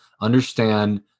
understand